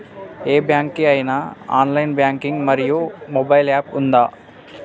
ఏ bank కి ఐనా online banking మరియు మొబైల్ యాప్ ఉందా?